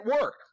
work